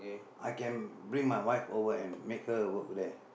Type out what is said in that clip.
I can bring my wife over and make her work there